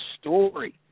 story